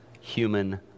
human